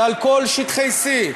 ועל כל שטחי C,